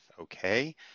Okay